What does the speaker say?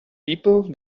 people